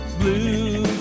blue